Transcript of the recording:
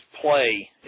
play